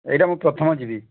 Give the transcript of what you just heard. ଏଇଟା ମୁଁ ପ୍ରଥମ ଯିବି